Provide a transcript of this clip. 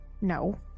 No